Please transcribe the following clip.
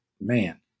man